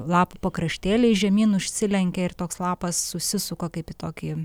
lapų pakraštėliai žemyn užsilenkia ir toks lapas susisuka kaip į tokį